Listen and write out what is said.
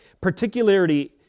particularity